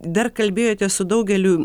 dar kalbėjote su daugeliu